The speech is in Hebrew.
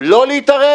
לא להתערב